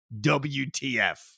WTF